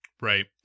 Right